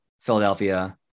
Philadelphia